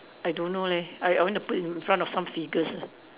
I don't know leh I I want to put in front of some figures